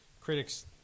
critics